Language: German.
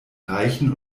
reichen